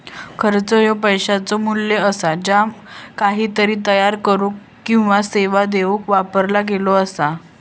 खर्च ह्या पैशाचो मू्ल्य असा ज्या काहीतरी तयार करुक किंवा सेवा देऊक वापरला गेला असा